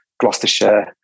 Gloucestershire